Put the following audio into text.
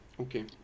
Okay